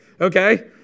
Okay